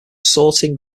sorting